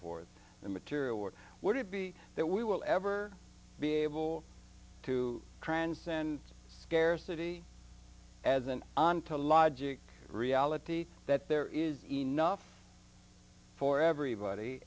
forth the material or would it be that we will ever be able to transcend scarcity as an ontological reality that there is enough for everybody